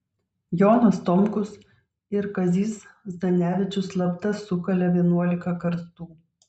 jonas tomkus ir kazys zdanevičius slapta sukalė vienuolika karstų